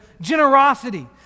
generosity